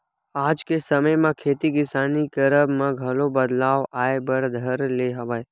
आज के समे म खेती किसानी करब म घलो बदलाव आय बर धर ले हवय